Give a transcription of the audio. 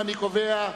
נא להצביע.